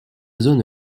zone